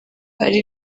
ari